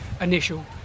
initial